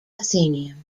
athenaeum